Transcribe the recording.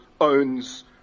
owns